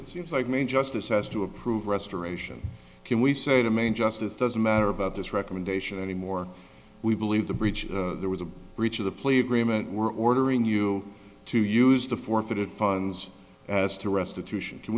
it seems like mean justice has to approve restoration can we say the main justice doesn't matter about this recommendation anymore we believe the breach there was a breach of the plea agreement we're ordering you to use the forfeited funs as to restitution an